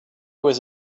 was